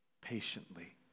patiently